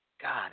God